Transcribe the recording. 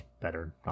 better